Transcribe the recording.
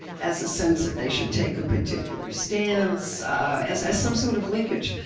as a sense that they should take a particular stance as as some sort of linkage.